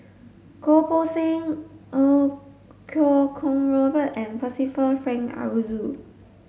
Goh Poh Seng Iau Kuo Kwong Robert and Percival Frank Aroozoo